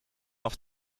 auf